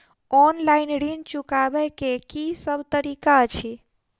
Online ऋण चुकाबै केँ की सब तरीका अछि?